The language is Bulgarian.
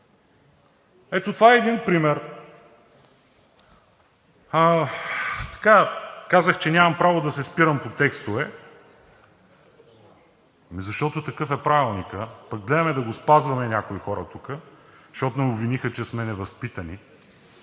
Ето това е един пример. Казах, че нямам право да се спирам по текстове, защото такъв е Правилникът, но гледаме да го спазваме, защото някои хора тук ни обвиниха, че сме невъзпитани.